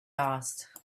asked